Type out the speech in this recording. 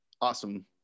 awesome